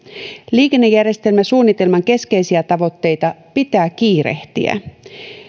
liikennejärjestelmäsuunnitelman keskeisiä tavoitteita pitää kiirehtiä